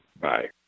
Bye